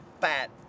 fat